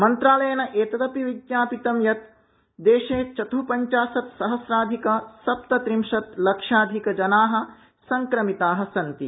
मंत्रालयेन एतदपि विज्ञापितं यत् देशे चत्ःपञ्चाशत् सहस्राधिक सप्तत्रिंशत् लक्षाधिकः जनाः संक्रमिता सन्ति